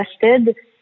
invested